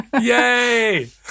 Yay